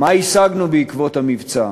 מה השגנו בעקבות המבצע?